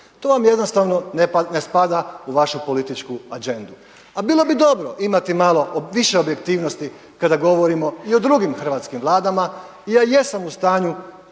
To vam jednostavno ne spada u vašu političku agendu. A bilo bi dobro imati malo više objektivnosti kada govorimo i o drugim hrvatskim vladama i ja jesam u stanju